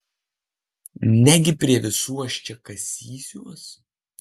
negi prie visų aš čia kasysiuos